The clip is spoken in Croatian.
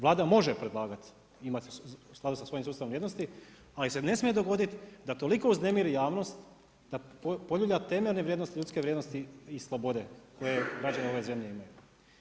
Vlada može predlagat imati u skladu sa svojim sustavom vrijednosti ali se ne smije dogoditi da toliko uznemiri javnost, da poljulja temeljne vrijednosti ljudske vrijednosti i slobode koje građani ove zemlje imaju.